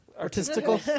Artistical